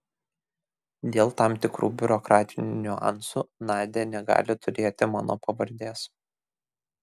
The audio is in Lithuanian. dėl tam tikrų biurokratinių niuansų nadia negali turėti mano pavardės